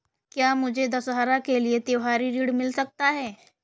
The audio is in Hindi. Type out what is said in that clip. क्या मुझे दशहरा के लिए त्योहारी ऋण मिल सकता है?